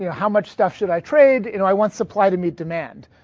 yeah how much stuff should i trade? you know i want supply to meet demand,